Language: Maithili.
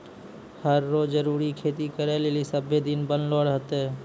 हर रो जरूरी खेती करै लेली सभ्भे दिन बनलो रहतै